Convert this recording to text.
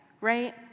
Right